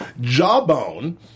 Jawbone